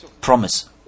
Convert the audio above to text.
promise